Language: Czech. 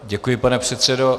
Děkuji, pane předsedo.